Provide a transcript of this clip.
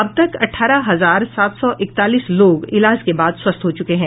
अब तक अठारह हजार सात सौ इक्तालीस लोग इलाज के बाद स्वस्थ हो चुके हैं